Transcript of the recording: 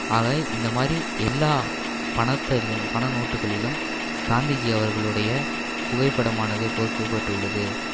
ஆக இந்த மாதிரி எல்லாம் பணத்தைளும் பண நோட்டுகளிலும் காந்திஜி அவர்களுடைய புகை படமானது பொறிக்கப்பட்டுள்ளது